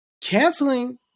canceling